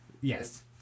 yes